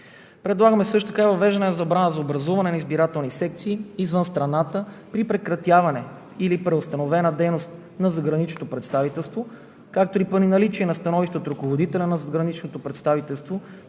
Предлагаме също така и въвеждане на забрана за образуване на избирателни секции извън страната при прекратяване или преустановена дейност на задграничното представителство, както и при наличие на становище от ръководителя на задграничното представителство